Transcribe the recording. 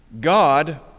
God